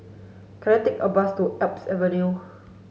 can I take a bus to Alps Avenue